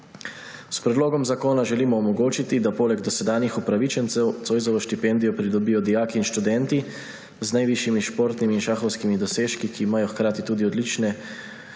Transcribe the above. S predlogom zakona želimo omogočiti, da poleg dosedanjih upravičencev Zoisovo štipendijo pridobijo dijaki in študenti z najvišjimi športnimi in šahovskimi dosežki, ki imajo hkrati tudi odlične